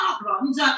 problems